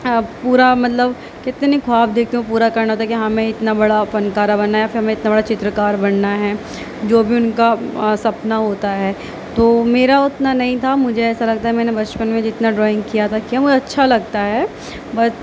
پورا مطلب کتنی خواب دیکھتے ہیں وہ پورا کرنا ہوتا ہے کہ ہاں میں اتنا بڑا فنکارہ بننا ہے پھر ہمیں اتنا بڑا چترکار بننا ہے جو بھی ان کا سپنا ہوتا ہے تو میرا اتنا نہیں تھا مجھے ایسا لگتا ہے میں نے بچپن میں جتنا ڈرائنگ کیا تھا کیا وہ اچھا لگتا ہے بت